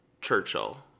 Churchill